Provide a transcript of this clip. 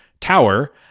tower